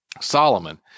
Solomon